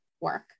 work